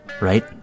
right